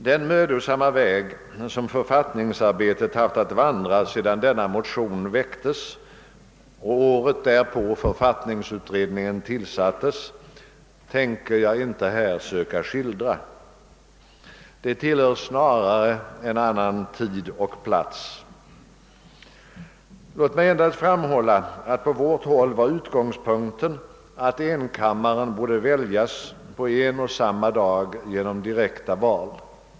Den mödosamma väg som författningsarbetet haft att vandra sedan denna motion väcktes och året därpå författningsutredningen tillsattes tänker jag inte här försöka skildra; den tillhör snarare en annan tid och plats. Låt mig endast framhålla att på vårt håll var utgångspunkten att en enkammare borde väljas på en och samma dag genom direkta val.